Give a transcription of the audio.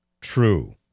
true